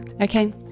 Okay